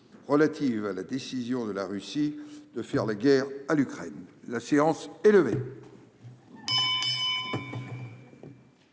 relative à la décision de la Russie de faire la guerre à l'Ukraine. Personne ne